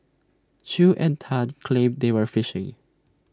chew and Tan claimed they were fishing